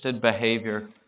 behavior